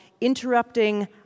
interrupting